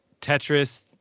Tetris